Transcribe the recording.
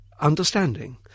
Understanding